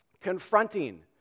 confronting